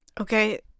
Okay